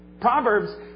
Proverbs